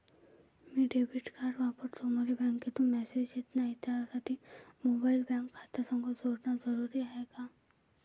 मी debit card वापरतो मले बँकेतून मॅसेज येत नाही, त्यासाठी मोबाईल बँक खात्यासंग जोडनं जरुरी हाय का?